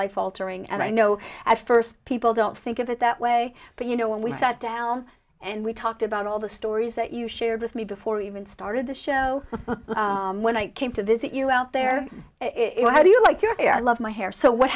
life altering and i know at first people don't think of it that way but you know when we sat down and we talked about all the stories that you shared with me before we even started the show when i came to visit you out there it was how do you like your hair i love my hair so what